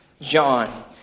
John